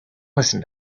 listen